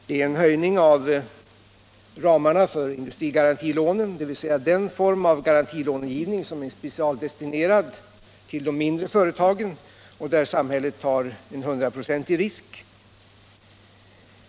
Det är en höjning av ramarna för industrigarantilånen, dvs. den form av garantilångivning som är specialdestinerad till de mindre företagen och där samhället tar en 100-procentig risk.